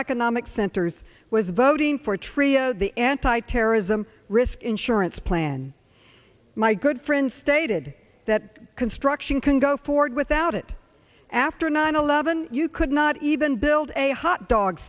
economic centers was voting for tria the anti terrorism risk insurance plan my good friend stated that construction can go forward without it after nine eleven you could not even build a hotdog